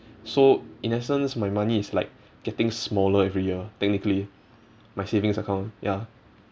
so in a sense my money is like getting smaller every year technically my savings account ya